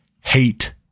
hate